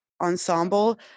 ensemble